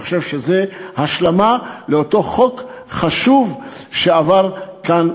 אני חושב שזו השלמה לאותו חוק חשוב שעבר כאן,